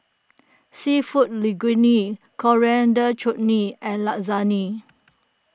Seafood Linguine Coriander Chutney and Lasagne